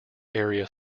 area